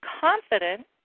confident